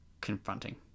confronting